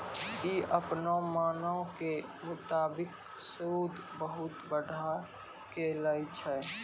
इ अपनो मनो के मुताबिक सूद बहुते बढ़ाय के लै छै